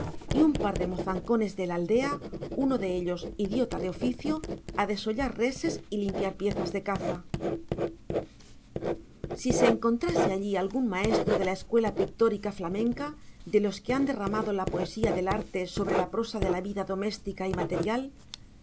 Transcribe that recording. y un par de mozancones de la aldea uno de ellos idiota de oficio a desollar reses y limpiar piezas de caza si se encontrase allí algún maestro de la escuela pictórica flamenca de los que han derramado la poesía del arte sobre la prosa de la vida doméstica y material